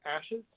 ashes